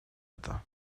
это